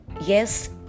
Yes